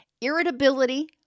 irritability